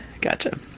gotcha